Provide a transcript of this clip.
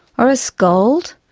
or a scold,